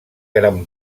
gran